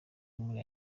muri